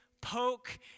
poke